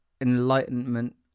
enlightenment